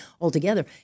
altogether